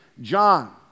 John